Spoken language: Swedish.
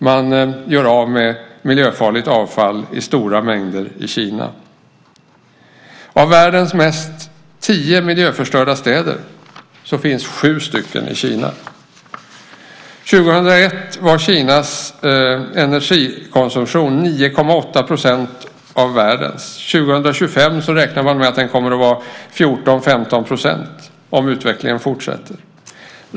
Man gör av med miljöfarligt avfall i stora mängder i Kina. Av världens tio mest miljöförstörda städer finns sju stycken i Kina. 2001 var Kinas energikonsumtion 9,8 % av världens. 2025 räknar man med att den kommer att vara 14-15 %, om utvecklingen fortsätter.